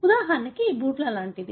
ఉదాహరణ బూట్లు లాంటిది